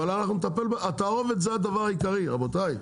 אבל התערובת זה הדבר העיקרי רבותיי.